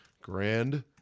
Grand